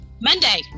Monday